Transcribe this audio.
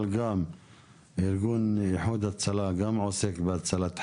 אבל גם ארגון איחוד הצלה שעוסק בהצלחת חיים.